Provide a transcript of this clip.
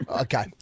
Okay